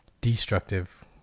destructive